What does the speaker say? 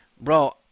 Bro